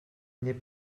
n’est